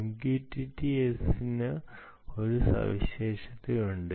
MQTT S ന് ഒരു സവിശേഷതയുണ്ട്